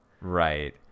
Right